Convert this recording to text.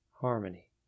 harmony